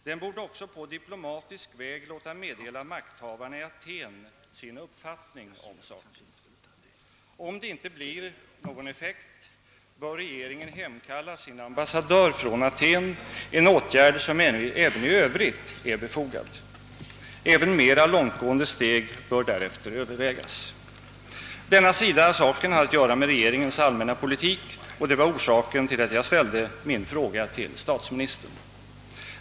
Den borde också på diplomatisk väg låta meddela makthavarna i Aten sin uppfattning om saken. Om det inte blir någon effekt bör regeringen hemkalla sin ambassadör från Aten — en åtgärd som även i övrigt är befogad. Också mera långtgående steg bör därefter övervägas. Denna sida av saken har att göra med regeringens allmänna politik, och det var orsaken till att jag riktade min fråga till statsministern.